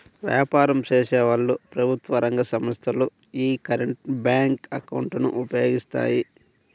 వ్యాపారం చేసేవాళ్ళు, ప్రభుత్వ రంగ సంస్ధలు యీ కరెంట్ బ్యేంకు అకౌంట్ ను ఉపయోగిస్తాయి